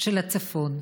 של הצפון,